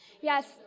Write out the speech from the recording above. Yes